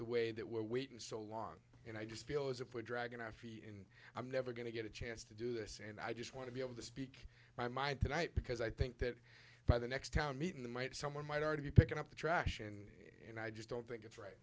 the way that we're waiting so long and i just feel as if we're dragging our feet in i'm never going to get a chance to do this and i just want to be able to speak my mind tonight because i think that by the next town meeting might someone might already be picking up the trash and i just don't think it's right